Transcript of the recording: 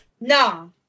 No